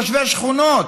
תושבי השכונות,